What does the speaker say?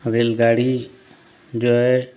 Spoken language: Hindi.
रेलगाड़ी जो है